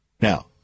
Now